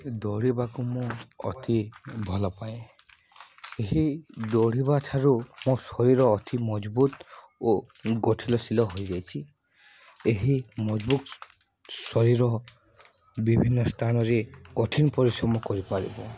ଦୌଡ଼ିବାକୁ ମୁଁ ଅତି ଭଲ ପାଏ ଏହି ଦୌଡ଼ିବା ଠାରୁ ମୋ ଶରୀର ଅତି ମଜବୁତ ଓ କଠିନଶୀଳ ହୋଇଯାଇଛି ଏହି ମଜବୁତ ଶରୀର ବିଭିନ୍ନ ସ୍ଥାନରେ କଠିନ ପରିଶ୍ରମ କରିପାରିବ